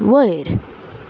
वयर